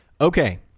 okay